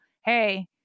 hey